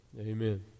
Amen